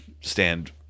stand